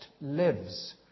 lives